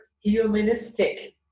humanistic